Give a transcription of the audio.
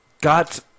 got